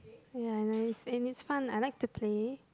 ya and and and it's fun I like to play